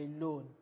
alone